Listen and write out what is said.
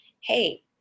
Hey